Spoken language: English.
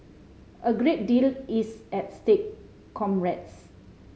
a great deal is at stake comrades